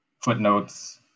footnotes